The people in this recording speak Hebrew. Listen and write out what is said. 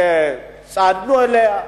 צעדנו אליה,